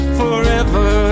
forever